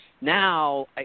Now